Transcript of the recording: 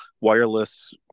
wireless